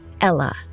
Ella